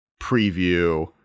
Preview